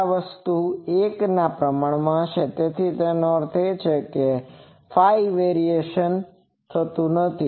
આ વસ્તુ 1 ની પ્રમાણમાં હશે તેનો અર્થ એ કે કોઈ ɸ વેરિએશન નથી